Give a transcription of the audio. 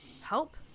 help